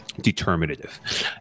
determinative